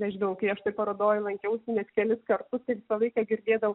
nežinau kai aš toj parodoj lankiausi net kelis kartus tai visą laiką girdėdavau